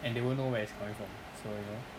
and they won't know where it's coming from so you know